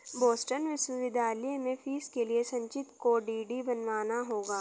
Boston विश्वविद्यालय में fees के लिए संचित को डी.डी बनवाना होगा